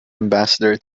ambassador